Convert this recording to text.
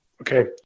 Okay